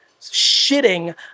shitting